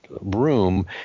room